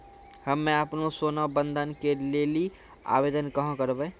हम्मे आपनौ सोना बंधन के लेली आवेदन कहाँ करवै?